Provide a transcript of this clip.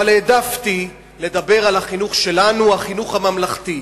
אבל העדפתי לדבר על החינוך שלנו, החינוך הממלכתי.